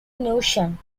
notion